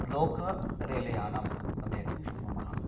लोकरेलयानं कथयितुं शक्नुमः